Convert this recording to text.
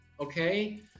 okay